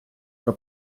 про